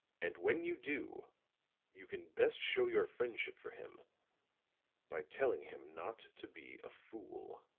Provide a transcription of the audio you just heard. and when you do you can best show your friendship for him by telling him not to be a fool.